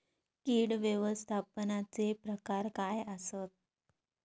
कीड व्यवस्थापनाचे प्रकार काय आसत?